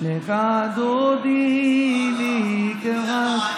לכה דודי לקראת,